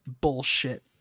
bullshit